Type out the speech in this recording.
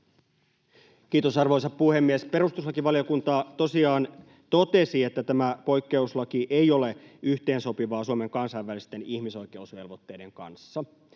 Kiitos, arvoisa puhemies! Perustuslakivaliokunta tosiaan totesi, että tämä poikkeuslaki ei ole yhteensopiva Suomen kansainvälisten ihmisoikeusvelvoitteiden kanssa.